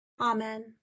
amen